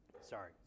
Sorry